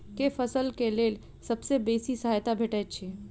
केँ फसल केँ लेल सबसँ बेसी सहायता भेटय छै?